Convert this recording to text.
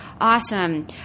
Awesome